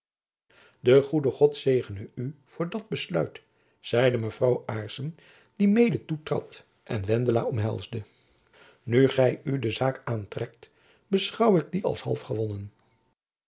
de goede god zegene u voor dat besluit zeide mevrouw aarssen die mede toetrad en wendela omhelsde nu gy u de zaak aantrekt beschouw ik die als half gewonnen